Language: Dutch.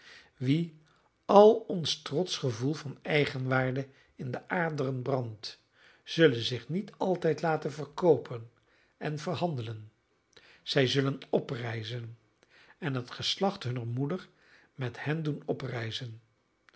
wien al ons trotsch gevoel van eigenwaarde in de aderen brandt zullen zich niet altijd laten verkoopen en verhandelen zij zullen oprijzen en het geslacht hunner moeder met hen doen